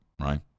right